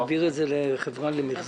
הם רוצים להעביר את זה לחברה למיחזור.